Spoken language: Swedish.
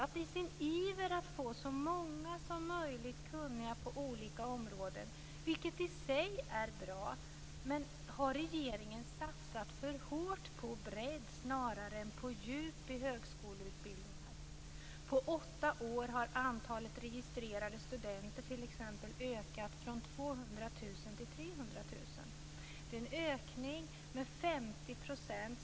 I sin iver att få så många kunniga som möjligt på olika områden, vilket i sig är bra, har regeringen satsat för hårt på bredd snarare än på djup i högskoleutbildningarna. På åtta år har antalet registrerade studenter t.ex. ökat från 200 000 till 300 000. Det är en ökning med 50 %.